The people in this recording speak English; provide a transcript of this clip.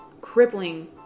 crippling